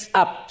up